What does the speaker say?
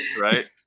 Right